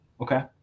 Okay